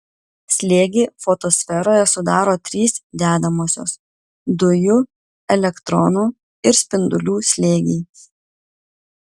slėgį fotosferoje sudaro trys dedamosios dujų elektronų ir spindulių slėgiai